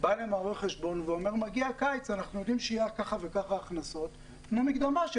הרואה חשבון מבקש מהן לתת מקדמה של